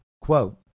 quote